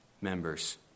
members